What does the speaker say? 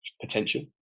potential